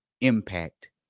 impact